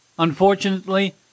Unfortunately